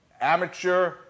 amateur